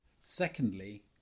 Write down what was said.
Secondly